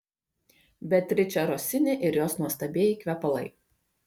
beatričė rosini ir jos nuostabieji kvepalai